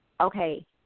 Okay